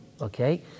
okay